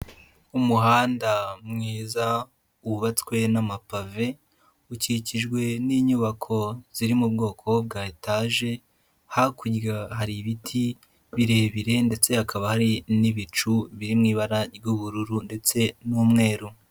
Umuhanda mwiza wubatswe n'amapave, ukikijwe n'inyubako ziri mu bwoko bwa etaje, hakurya hari ibiti birebire ndetse hakaba hari n'ibicu biri mu ibara ry'ubururu ndetse n'umweru.